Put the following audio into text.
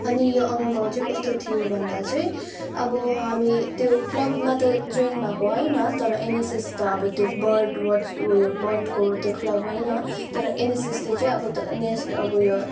अनि यो अनुभव चाहिँ कस्तो थियो भन्दा चाहिँ अब हामी त्यो क्लबमा त ज्वाइन भएको होइन तर एनएसएस त अब त्यो बर्ड वाच उयो बर्डको त्यो क्लब होइन तर एनएसएसले चाहिँ अब त्यो नेसनल अब उयो